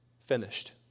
Finished